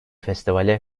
festivale